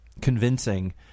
convincing